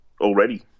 already